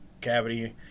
cavity